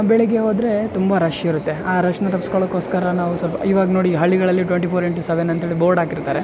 ಬೆಳಿಗ್ಗೆ ಹೋದರೆ ತುಂಬ ರಶ್ ಇರುತ್ತೆ ಆ ರಶ್ನ ತಪ್ಪಿಸ್ಕೋಳ್ಳೋಕ್ಕೋಸ್ಕರ ನಾವು ಸ್ವಲ್ಪ ಇವಾಗ ನೋಡಿ ಹಳ್ಳಿಗಳಲ್ಲಿ ಟ್ವೆಂಟಿ ಫೋರ್ ಇಂಟು ಸೆವೆನ್ ಅಂಥೇಳಿ ಬೋರ್ಡ್ ಹಾಕಿರ್ತಾರೆ